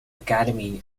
academy